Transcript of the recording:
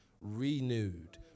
renewed